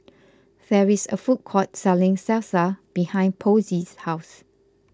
there is a food court selling Salsa behind Posey's house